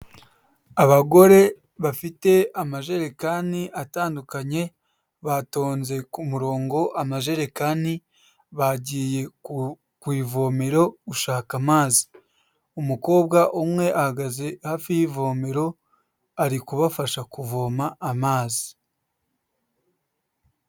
Abagore bafite amajerekani atandukanye batonze ku murongo amajerekani, bagiye ku ivomero gushaka amazi, umukobwa umwe ahagaze hafi y'ivomero ari kubafasha kuvoma amazi.